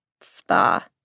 spa